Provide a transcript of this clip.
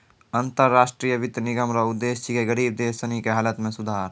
अन्तर राष्ट्रीय वित्त निगम रो उद्देश्य छिकै गरीब देश सनी के हालत मे सुधार